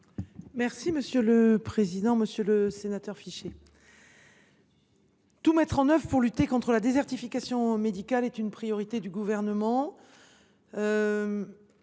Mme la ministre déléguée. Monsieur le sénateur Fichet, tout mettre en œuvre pour lutter contre la désertification médicale est une priorité du Gouvernement.